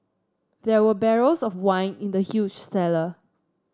there were barrels of wine in the huge cellar